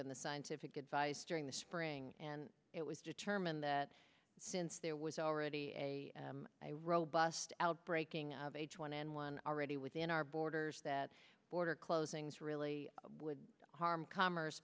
and the scientific advice during the spring and it was determined that since there was already a robust out breaking of h one n one already within our borders that border closings really would harm commerce